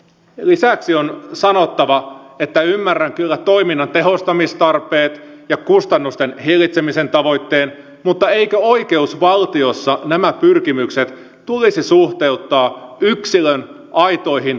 lisäksi on sanottava että ymmärrän kyllä toiminnan tehostamistarpeet ja kustannusten hillitsemisen tavoitteen mutta eikö oikeusvaltiossa nämä pyrkimykset tulisi suhteuttaa yksilön aitoihin oikeussuojatarpeisiin